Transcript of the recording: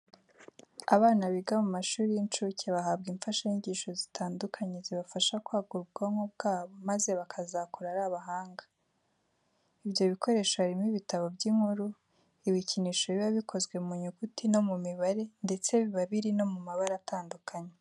Abana biga mu mashuri y'inshuke bahabwa imfashanyigisho zitandukanye zibafasha kwagura ubwonko bwabo maze bakazakura ari abahanga. Ibyo bikoresho harimo ibitabo by'inkuru, ibikinisho biba bikozwe mu nyuguti no mu mibare ndetse biba biri no mu mabara atandukanye.